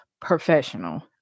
professional